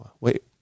wait